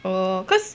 orh because